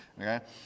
Okay